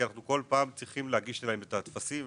כי אנחנו כל פעם צריכים להגיש להם את הטפסים,